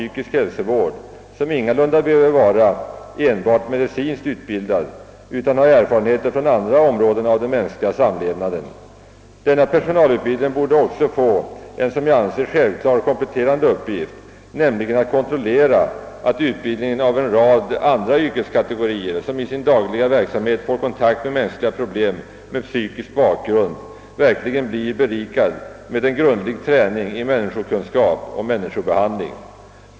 Denna personal behöver ingalunda vara enbart medicinskt utbildad utan bör ha erfarenheter även från andra områden av mänsklig samlevnad. Den personalutbildningen borde också få en som jag anser självklar kompletterande uppgift, nämligen att kontrollera att utbildningen av en rad andra yrkeskategorier, som i sin dagliga verksamhet får kontakt med mänskliga problem med psykisk bakgrund, verkligen blir berikad med en grundlig träning i människokunskap och människobehandling.